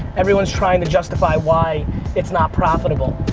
everyone's trying to justify why it's not profitable,